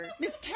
Miss